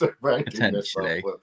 Potentially